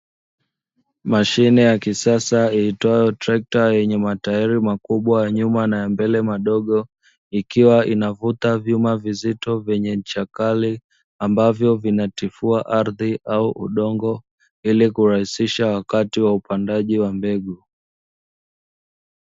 Mashine ya kisasa iitwayo trekta, yenye matairi makubwa ya nyuma na mbele madogo, ikiwa inavuta vyuma vizito vyenye ncha kali ambavyo vinatifua ardhi au udongo ili kurahisisha wakati wa upandaji wa mbegu.